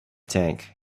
tank